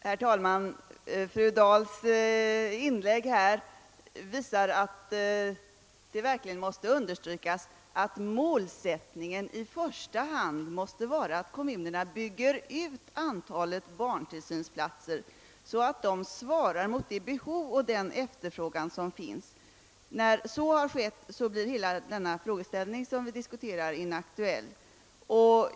Herr talman! Fru Dahls inlägg gör det nödvändigt att understryka att målsättningen i första hand måste vara att kommunerna bygger ut antalet barntillsynsplatser så att det svarar mot behov och efterfrågan. När så har skett blir hela denna frågeställning inaktuell.